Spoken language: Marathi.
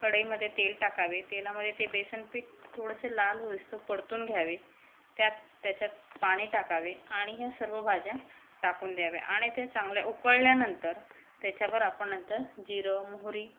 कढईमध्ये तेल टाकावे तेलामध्ये ते बेसनपीठ थोडंसं लाल होईस्तो परतून घ्यावे त्यात त्याच्यात पाणी टाकावे आणि ह्या सर्व भाज्या टाकून द्याव्या आणि ते चांगल्या उकळल्यानंतर त्याच्यावर आपण नंतर जिरं मोहरी